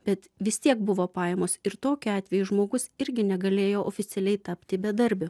bet vis tiek buvo pajamos ir tokiu atveju žmogus irgi negalėjo oficialiai tapti bedarbiu